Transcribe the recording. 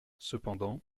cependant